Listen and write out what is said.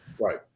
Right